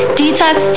detox